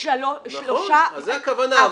לשלושה --- אין בעיה,